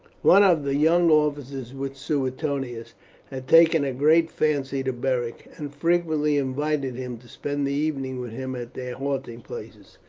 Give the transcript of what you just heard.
one of the young officers with suetonius had taken a great fancy to beric, and frequently invited him to spend the evening with him at their halting places.